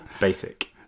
Basic